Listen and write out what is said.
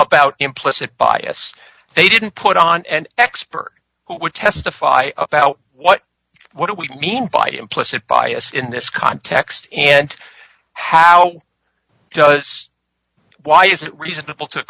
about implicit bias they didn't put on an expert who would testify about what what do we mean by implicit bias in this context and how does why is it reasonable to